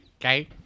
Okay